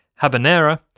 Habanera